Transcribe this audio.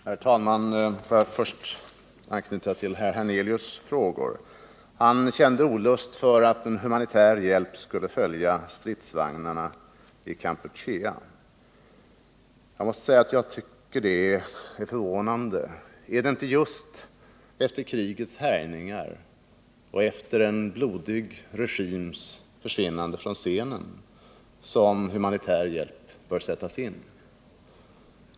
Herr talman! Låt mig först anknyta till herr Hernelius frågor. Han kände olust inför att en humanitär hjälp skulle följa stridsvagnarna i Kampuchea. Jag måste säga att jag tycker att det uttalandet är förvånande. Är det inte just efter krigets härjningar och efter en blodig regims försvinnande från scenen som humanitär hjälp bör sättas in?